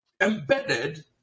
embedded